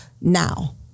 now